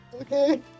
Okay